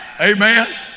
Amen